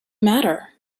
matter